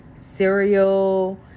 cereal